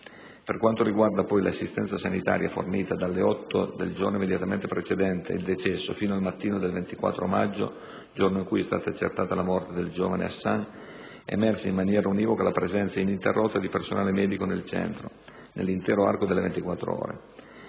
Per quanto riguarda poi l'assistenza sanitaria fornita dalle ore 8 del giorno immediatamente precedente il decesso fino al mattino del 24 maggio, giorno in cui è stata accertata la morte del giovane Hassan, è emersa in maniera univoca la presenza ininterrotta di personale medico nel centro, nell'intero arco delle 24 ore.